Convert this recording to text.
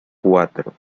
cuatro